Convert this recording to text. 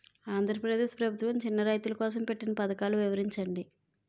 ఆంధ్రప్రదేశ్ ప్రభుత్వ చిన్నా రైతుల కోసం పెట్టిన పథకాలు వివరించండి?